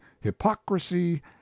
hypocrisy